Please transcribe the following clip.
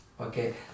Okay